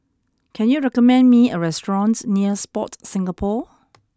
can you recommend me a restaurant near Sport Singapore